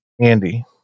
Andy